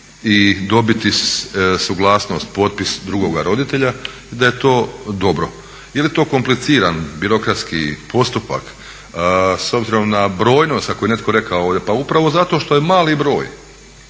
i dobiti suglasnost, potpis drugoga roditelja da je to dobro. Je li to kompliciran birokratski postupak? S obzirom na brojnost kako je netko rekao ovdje. Pa upravo zato što je mali broj